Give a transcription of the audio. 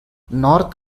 north